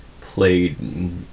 Played